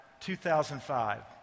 2005